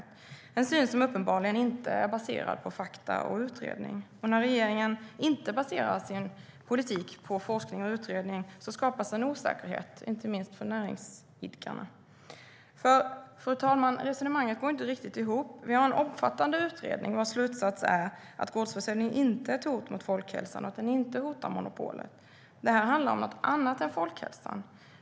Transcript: Det är en syn som uppenbarligen inte är baserad på fakta och utredning. När regeringen inte baserar sin politik på forskning och utredning skapas en osäkerhet inte minst för näringsidkarna. Fru talman! Resonemanget går inte riktigt ihop. Vi har en omfattande utredning vars slutsats är att gårdsförsäljning inte är ett hot mot folkhälsan och att den inte hotar monopolet. Detta handlar om något annat än folkhälsan.